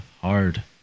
hard